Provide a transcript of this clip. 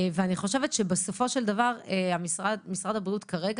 אני חושבת שבסופו של דבר משרד הבריאות כרגע,